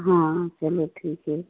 हाँ चलो ठीक है